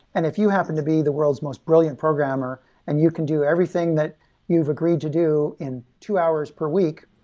and if you happen to be the world's most brilliant programmer and you can do everything that you've agreed to do in two hours per week,